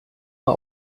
war